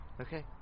Okay